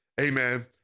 Amen